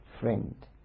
friend